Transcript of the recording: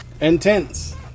Intense